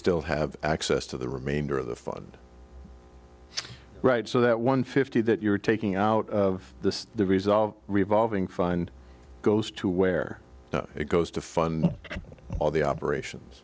still have access to the remainder of the fund right so that one fifty that you're taking out of this the resolve revolving fund goes to where it goes to fund all the operations